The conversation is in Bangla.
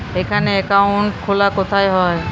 এখানে অ্যাকাউন্ট খোলা কোথায় হয়?